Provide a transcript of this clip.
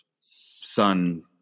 son